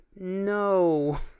no